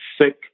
sick